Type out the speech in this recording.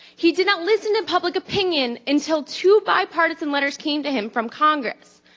he did not listen to public opinion until two bipartisan letters came to him from congress?